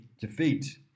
defeat